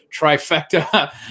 trifecta